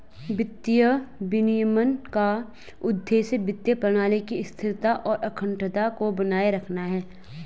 वित्तीय विनियमन का उद्देश्य वित्तीय प्रणाली की स्थिरता और अखंडता को बनाए रखना है